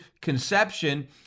conception